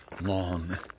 long